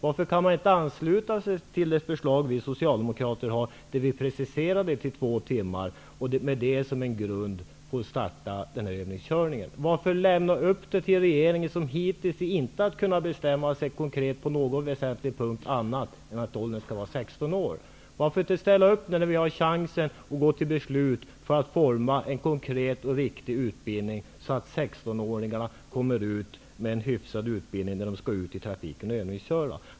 Varför kan man inte ansluta sig till Socialdemokraternas förslag, där vi preciserar utbildningen till att omfatta två timmar, och med denna utbildning som grund skall det bli tillåtet att börja övningsköra? Varför lämna över frågan till regeringen, som hittills inte har kunnat bestämma sig på någon väsentligt punkt, annat än att gränsen skall ligga vid 16 år? Varför inte ställa upp nu när vi har chans att gå till beslut om en konkret och riktig utbildning, så att 16-åringarna får en hyfsad utbildning innan de skall ut i trafiken och övningsköra?